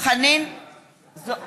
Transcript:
צחי הנגבי לא פה.